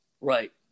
Right